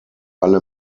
alle